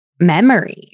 memory